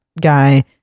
guy